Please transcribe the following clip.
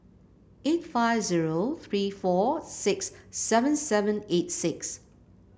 eight five zero three four six seven seven eight six